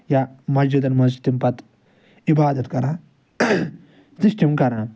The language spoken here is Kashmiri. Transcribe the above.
یا مَسجِدَن مَنٛز چھِ تِم پَتہٕ عِبادت کَران سُہ چھِ تِم کَران